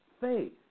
faith